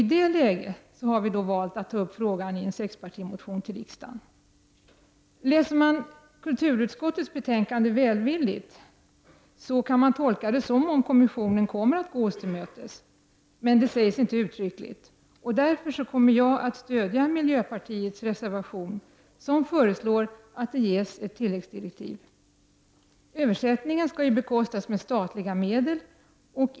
I det läget har vi valt att ta upp frågan i en sexpartimotion till riksdagen. Läser man kulturutskottets betänkanden välvilligt, kan man tolka det så att kommissionen kommer att gå oss till mötes, men det sägs inte uttryckligt. Därför kommer jag att stödja miljöpartiets reservation, som föreslår att det ges ett tilläggsdirektiv. Översättningen bekostas med statliga medel.